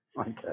Okay